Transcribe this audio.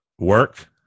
Work